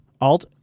alt